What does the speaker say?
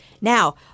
now